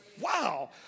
wow